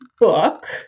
book